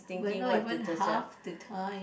we are not even half the time